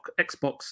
Xbox